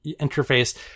interface